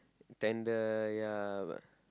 tender ya